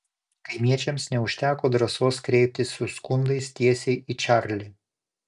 kaimiečiams neužteko drąsos kreiptis su skundais tiesiai į čarlį